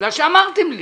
בגלל שאמרתם לי